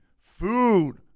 food